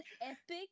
epic